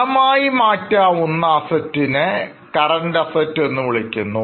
പണമായി മാറ്റാവുന്നAssets നെCurrent Assets എന്നു വിളിക്കുന്നു